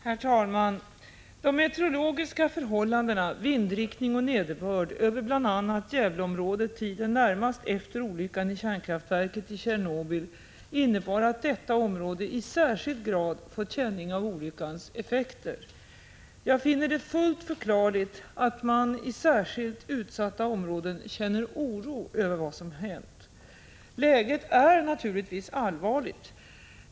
Herr talman! De meteorologiska förhållandena, vindriktning och nederbörd, över bl.a. Gävleområdet tiden närmast efter olyckan i kärnkraftverket i Tjernobyl innebar att detta område i särskild grad fått känning av olyckans effekter. Jag finner det fullt förklarligt att man i särskilt utsatta områden känner oro över vad som hänt. Läget är naturligtvis allvarligt.